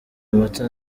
mata